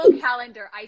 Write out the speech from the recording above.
calendar